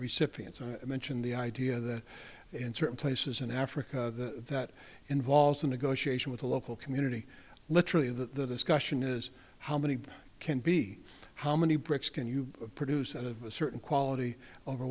recipients and i mentioned the idea that in certain places in africa that involves a negotiation with the local community literally the discussion is how many can be how many bricks can you produce out of a certain quality over